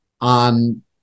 on